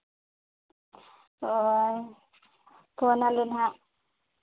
ᱚᱸᱻ ᱯᱷᱳᱱ ᱟᱞᱮ ᱱᱟᱦᱟᱸᱜ